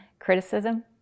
criticism